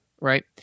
right